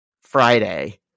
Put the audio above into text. Friday